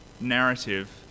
narrative